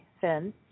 Finn